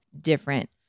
different